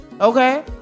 okay